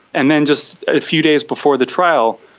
and then just a few days before the trial,